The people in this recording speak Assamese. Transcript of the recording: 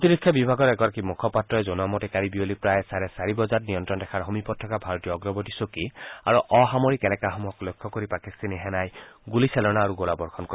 প্ৰতিৰক্ষা বিভাগৰ এগৰাকী মুখপাত্ৰই জনোৱা মতে কালি বিয়লি প্ৰায় চাৰে চাৰি বজাত নিয়ন্ত্ৰণ ৰেখাৰ সমীপত থকা ভাৰতীয় অগ্ৰৱৰ্তী চকী আৰু অসামৰিক এলেকাসমূহলৈ লক্ষ্য কৰি পাকিস্তানী সেনাই গুলী চালনা আৰু গোলাবৰ্ষণ কৰে